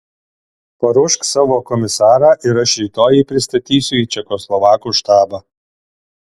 paruošk savo komisarą ir aš rytoj jį pristatysiu į čekoslovakų štabą